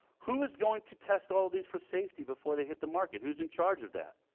who is going to test all these for safety before they hit the market? who's in charge of that?